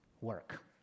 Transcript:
Work